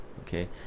Okay